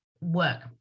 work